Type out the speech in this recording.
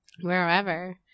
Wherever